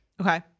Okay